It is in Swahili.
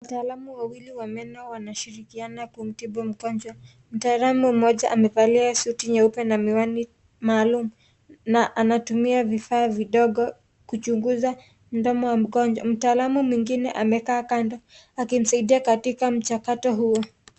Wataalamu wawili wa meno wanashirikiana kumtibu mgonjwa. Mtaalamu mmoja amevalia suti nyeupe na miwani maalum na anatumia vifaa vidogo kuchunguza mdomo wa mgonjwa. Mtaalamu mwingine amekaa kando akimsaidia katika mchakato huo.